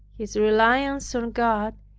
his reliance on god,